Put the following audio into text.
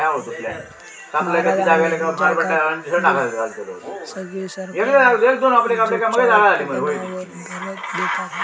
भारत आणि जगातली सगळी सरकारा जूटच्या उत्पादनावर भर देतत